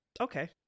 okay